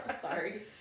Sorry